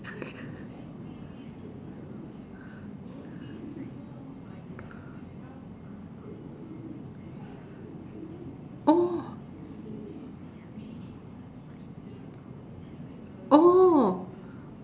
oh oh